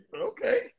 okay